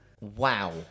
Wow